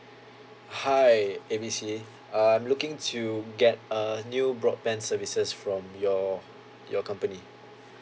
hi A B C uh I'm looking to get a new broadband services from your your company